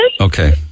Okay